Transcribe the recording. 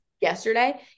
yesterday